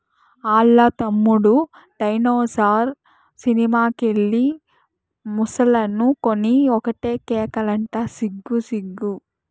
ఆల్ల తమ్ముడు dinosaur cinema కెళ్ళి ముసలనుకొని ఒకటే కేకలంట సిగ్గు సిగ్గు